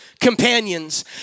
companions